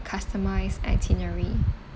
customised itinerary